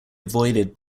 avoided